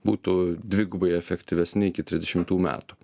būtų dvigubai efektyvesni iki trisdešimtų metų